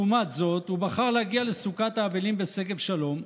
לעומת זאת, הוא בחר להגיע לסוכת האבלים בשגב שלום,